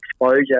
exposure